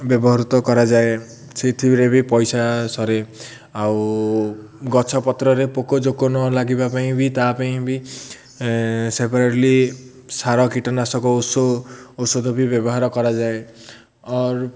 ବ୍ୟବହୃତ କରାଯାଏ ସେଇଥିରେ ବି ପଇସା ସରେ ଆଉ ଗଛପତ୍ରରେ ପୋକ ଜୋକ ନ ଲାଗିବା ପାଇଁ ବି ତାପାଇଁ ବି ସେପାରେଟଲି ସାର କୀଟନାଶକ ଔଷ ଔଷଧ ବି ବ୍ୟବହାର କରାଯାଏ ଅର୍